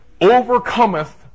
overcometh